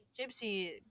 Gypsy